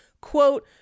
quote